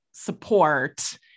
support